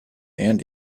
and